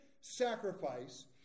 sacrifice